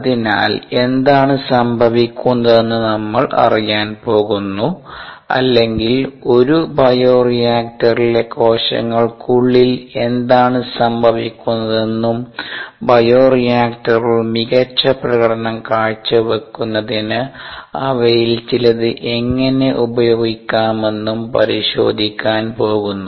അതിനാൽ എന്താണ് സംഭവിക്കുന്നതെന്ന് നമ്മൾ അറിയാൻ പോകുന്നു അല്ലെങ്കിൽ ഒരു ബയോറിയാക്ടറിലെ കോശങ്ങൾക്കുള്ളിൽ എന്താണ് സംഭവിക്കുന്നതെന്നും ബയോ റിയാക്ടറുകൾ മികച്ച പ്രകടനം കാഴ്ചവയ്ക്കുന്നതിന് അവയിൽ ചിലത് എങ്ങനെ ഉപയോഗിക്കാമെന്നും പരിശോധിക്കാൻ പോകുന്നു